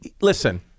listen